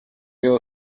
real